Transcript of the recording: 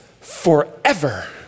forever